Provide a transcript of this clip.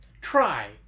Try